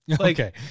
Okay